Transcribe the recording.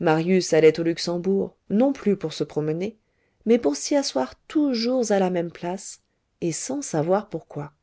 marius allait au luxembourg non plus pour se promener mais pour s'y asseoir toujours à la même place et sans savoir pourquoi